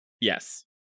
Yes